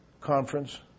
conference